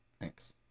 Thanks